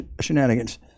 shenanigans